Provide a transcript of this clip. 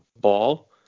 ball